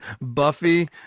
Buffy